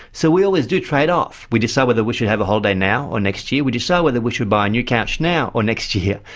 so we always do trade off. we decide whether we should have a holiday now or next year, we decide whether we should buy a new couch now or next year.